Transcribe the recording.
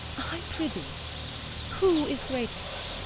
i prithee, who is greatest?